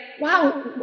wow